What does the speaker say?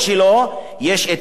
יש יוון-פוביה,